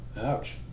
Ouch